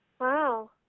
Wow